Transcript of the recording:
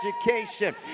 education